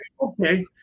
okay